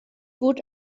gut